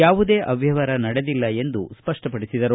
ಯಾವುದೇ ಅವ್ಕವಹಾರ ನಡೆದಿಲ್ಲ ಎಂದು ಸ್ವಷ್ಟಪಡಿಸಿದರು